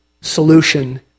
solution